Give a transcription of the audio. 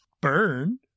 Burn